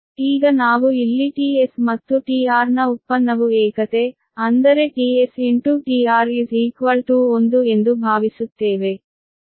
ಈಗ ನಾವು ಇಲ್ಲಿ tS ಮತ್ತು tR ನ ಉತ್ಪನ್ನವು ಏಕತೆ ಅಂದರೆ tS tR1 ಎಂದು ಭಾವಿಸುತ್ತೇವೆ